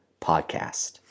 Podcast